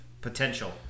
Potential